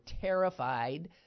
terrified